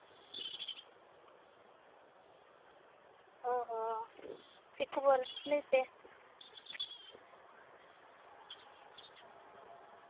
ᱚ ᱦᱚ ᱪᱮᱫ ᱠᱷᱚᱵᱚᱨ ᱞᱟᱹᱭ ᱯᱮ